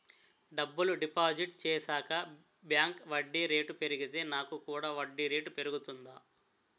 డబ్బులు డిపాజిట్ చేశాక బ్యాంక్ వడ్డీ రేటు పెరిగితే నాకు కూడా వడ్డీ రేటు పెరుగుతుందా?